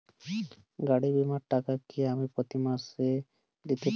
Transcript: গাড়ী বীমার টাকা কি আমি প্রতি মাসে দিতে পারি?